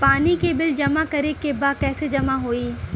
पानी के बिल जमा करे के बा कैसे जमा होई?